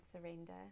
surrender